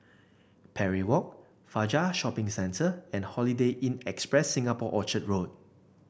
Parry Walk Fajar Shopping Centre and Holiday Inn Express Singapore Orchard Road